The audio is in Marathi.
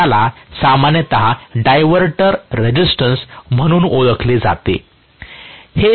तर याला सामान्यत डायव्हर्टर रेझिस्टन्स म्हणून ओळखले जाते